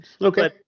Okay